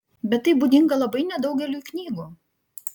bet tai būdinga labai nedaugeliui knygų